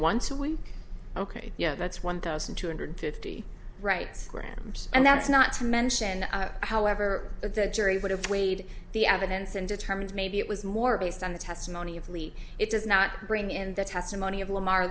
once a week ok that's one thousand two hundred fifty right grams and that's not to mention however that the jury would have weighed the evidence and determined maybe it was more based on the testimony of lee it does not bring in the testimony of lamar